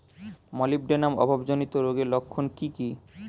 Molybdenum অভাবজনিত রোগের লক্ষণ কি কি?